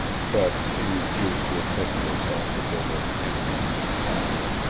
but she refused to admit to herself that there was any unless.